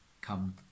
Come